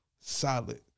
solid